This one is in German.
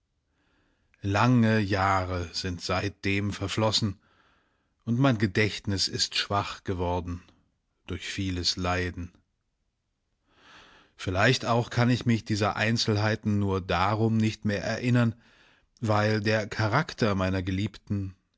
lange jahre sind seitdem verflossen und mein gedächtnis ist schwach geworden durch vieles leiden vielleicht auch kann ich mich dieser einzelheiten nur darum nicht mehr erinnern weil der charakter meiner geliebten